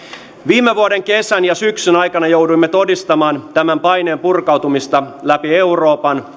viime vuoden kesän ja syksyn aikana jouduimme todistamaan tämän paineen purkautumista läpi euroopan